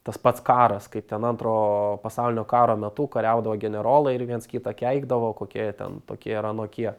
tas pats karas kaip ten antro pasaulinio karo metu kariaudavo generolai ir viens kitą keikdavo kokie jie ten tokie ir anokie